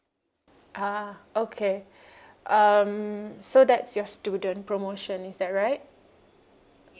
ah okay um so that's your student promotion is that right